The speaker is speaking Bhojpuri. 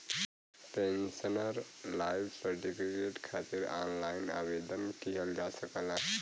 पेंशनर लाइफ सर्टिफिकेट खातिर ऑनलाइन आवेदन किहल जा सकला